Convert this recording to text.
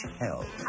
hell